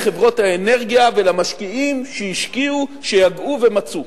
לחברות האנרגיה ולמשקיעים שהשקיעו, שיגעו ומצאו.